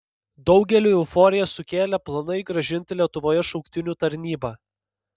daugeliui euforiją sukėlė planai grąžinti lietuvoje šauktinių tarnybą